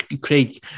Craig